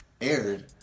aired